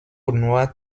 noirs